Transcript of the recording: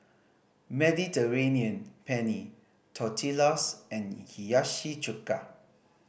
Mediterranean Penne Tortillas and Hiyashi Chuka